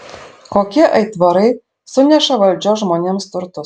kokie aitvarai suneša valdžios žmonėms turtus